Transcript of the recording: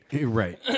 Right